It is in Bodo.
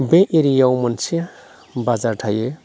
बे एरियाआव मोनसे बाजार थायो